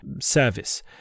service